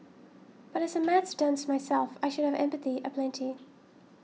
but as a maths dunce myself I should have empathy aplenty